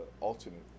alternate